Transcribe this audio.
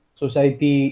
society